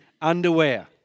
underwear